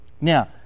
Now